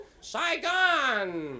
Saigon